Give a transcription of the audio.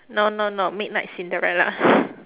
no no no midnight-cinderella